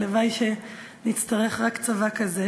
הלוואי שנצטרך רק צבא כזה